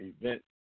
event